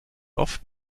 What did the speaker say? oft